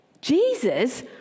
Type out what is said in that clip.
Jesus